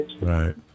right